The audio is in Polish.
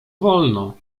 wolno